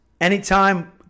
anytime